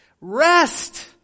Rest